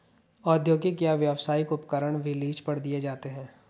औद्योगिक या व्यावसायिक उपकरण भी लीज पर दिए जाते है